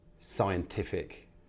scientific